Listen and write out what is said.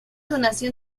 donación